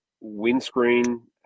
windscreen